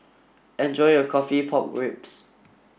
enjoy your coffee pork ribs